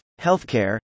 Healthcare